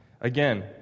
Again